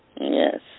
Yes